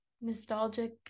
nostalgic